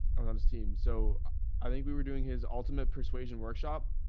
and on his team. so i think we were doing his ultimate persuasion workshop.